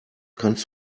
kannst